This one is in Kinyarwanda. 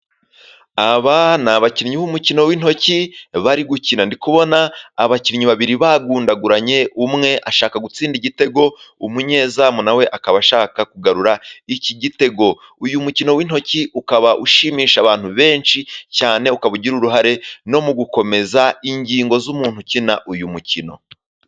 Aba ni abakinnyi b'umukino w'intoki bari gukina. Ndi kubona abakinnyi babiri bagundaguranye, umwe ashaka gutsinda igitego umunyezamu nawe akaba ashaka kugarura iki gitego . Uyu mukino w'intoki ukaba ushimisha abantu benshi cyane ,ukaba ugira uruhare no mu gukomeza ingingo z'umuntu ukina uyu mukino.